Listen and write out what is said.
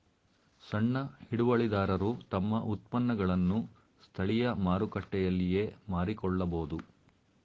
ಸಣ್ಣ ಹಿಡುವಳಿದಾರರು ತಮ್ಮ ಉತ್ಪನ್ನಗಳನ್ನು ಸ್ಥಳೀಯ ಮಾರುಕಟ್ಟೆಯಲ್ಲಿಯೇ ಮಾರಿಕೊಳ್ಳಬೋದು